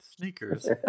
Sneakers